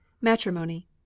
MATRIMONY